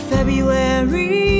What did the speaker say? February